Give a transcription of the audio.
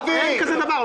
אין כזה דבר.